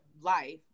life